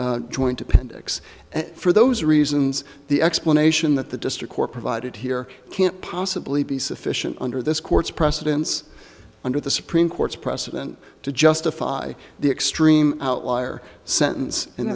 joint appendix and for those reasons the explanation that the district court provided here can't possibly be sufficient under this court's precedents under the supreme court's precedent to justify the extreme outlier sentence